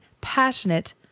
passionate